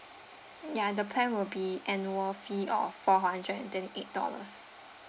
ya the plan will be annual fee of four hundred and twenty eight dollars